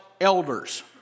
elders